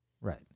right